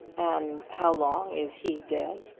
and how long is he dead?